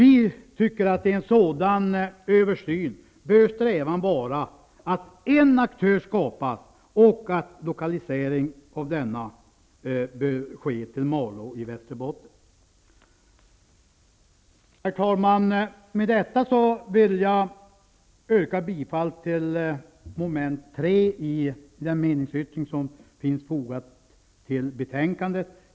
I en sådan översyn bör enligt vår mening strävan vara att en aktör skapas och att lokalisering av denna sker till Malå i Västerbotten. Herr talman! Med detta vill jag yrka bifall till mom. 3 i den meningsyttring som är fogad vid betänkandet.